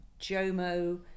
Jomo